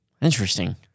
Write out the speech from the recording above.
Interesting